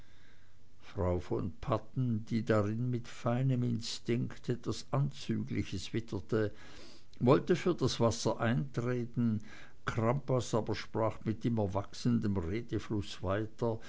frau von padden die darin mit feinem instinkt etwas anzügliches witterte wollte für das wasser eintreten crampas aber sprach mit immer wachsendem redefluß weiter